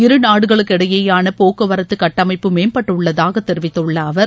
இரு நாடுகளுக்கு இடையேயான போக்குவரத்து கட்டமைப்பு மேம்பட்டுள்ளதாக தெரிவித்துள்ள அவர்